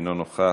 אינו נוכח,